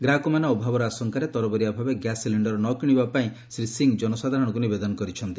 ଗ୍ରାହକମାନେ ଅଭାବର ଆଶଙ୍କାରେ ତରବରିଆ ଭାବେ ଗ୍ୟାସ ସିଲିଣ୍ଡର ନ କିଣିବା ପାଇଁ ଶ୍ରୀ ସିଂ ଜନସାଧାରଣଙ୍କୁ ନିବେଦନ କରିଛନ୍ତି